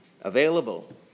available